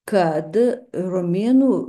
kad romėnų